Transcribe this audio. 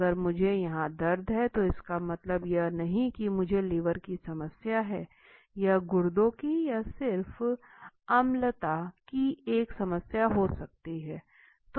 अगर मुझे यहाँ दर्द है तो इसका मतलब यह नहीं मुझे लिवर की समस्या है यह गुर्दे की या सिर्फ अम्लता की एक समस्या हो सकती है